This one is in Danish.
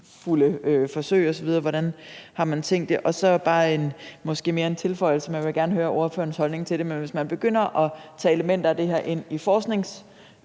forsøg osv.? Hvordan har man tænkt sig det? Så har jeg måske mere bare en tilføjelse. Jeg vil gerne høre ordførerens holdning til det. For hvis man begynder at tage elementer af det ind i